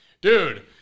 Dude